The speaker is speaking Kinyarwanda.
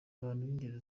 b’ingeri